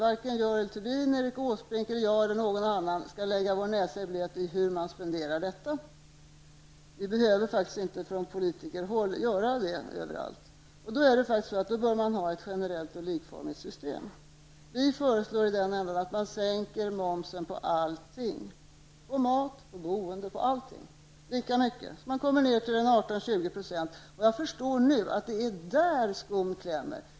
Varken Görel Thurdin, Erik Åsbrink, jag eller någon annan skall lägga vår näsa i blöt när det gäller hur människor spenderar dessa pengar. Vi behöver faktiskt inte från politikerhåll göra det överallt. Därför bör man ha ett generellt och likformigt system. Vi föreslår därför att man sänker momsen på allt lika mycket -- på mat, på boende, på allt -- så att man kommer ned till 18--20 %. Jag förstår nu att det är där skon klämmer.